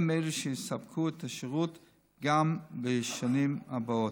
הם אלה שיספקו את השירות גם בשנים הבאות.